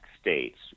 states